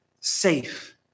safe